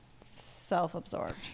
self-absorbed